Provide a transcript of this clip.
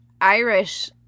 Irish